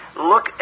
look